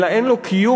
אלא אין לו קיום,